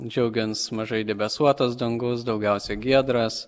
džiugins mažai debesuotas dangus daugiausiai giedras